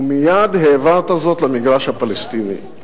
ומייד העברת זאת למגרש הפלסטיני.